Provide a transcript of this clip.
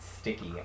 sticky